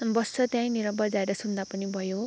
बस्छ त्यहीँनिर बजाएर सुन्दा पनि भयो